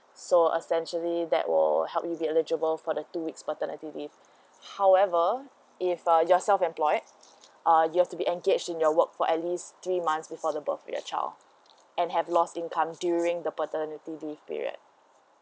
so essentially that will help you be eligible for the two weeks paternity leave however if uh you're self employed uh you've to be engaged in your work for at least three months before the birth to your child and have lost incomes during the paternity leave period